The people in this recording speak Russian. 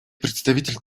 представитель